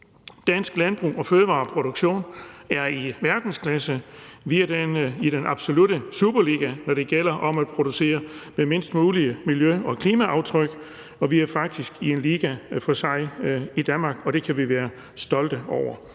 Dansk landbrug og fødevareproduktion er i verdensklasse; vi er i den absolutte superliga, når det gælder om at producere med mindst muligt miljø- og klimaaftryk. Vi er faktisk i en liga for sig i Danmark, og det kan vi være stolte over,